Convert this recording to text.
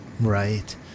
Right